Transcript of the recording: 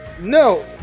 No